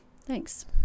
Thanks